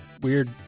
weird